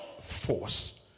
force